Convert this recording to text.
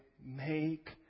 make